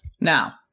Now